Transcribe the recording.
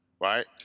Right